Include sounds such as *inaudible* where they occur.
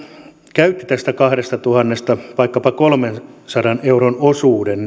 käytti tästä kahdestatuhannesta vaikkapa kolmensadan euron osuuden *unintelligible*